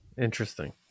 Interesting